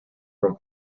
from